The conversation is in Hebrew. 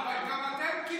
אבל גם אתם קיבלתם מזה.